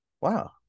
Wow